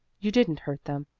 you didn't hurt them.